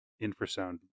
infrasound